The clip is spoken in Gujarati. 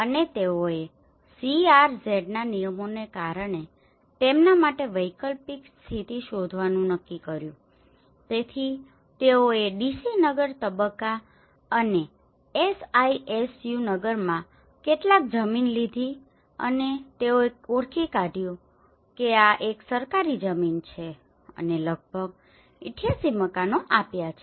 અને તેઓએ CRZના નિયમોને કારણે તેમના માટે વૈકલ્પિક સ્થિતિ શોધવાનું નક્કી કર્યું તેથી તેઓએ DC નગર તબક્કા અને SISU નગરમાં કેટલીક જમીન લીધી અને તેઓએ ઓળખી કાઢ્યું કે આ એક સરકારી જમીન છે અને લગભગ 88 મકાનો આપ્યા છે